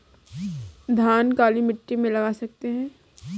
धान काली मिट्टी में लगा सकते हैं?